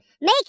Make